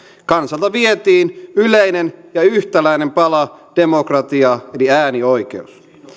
kansalta vietiin yleinen ja yhtäläinen pala demokratiaa eli äänioikeus